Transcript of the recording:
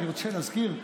אני רוצה להזכיר,